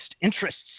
interests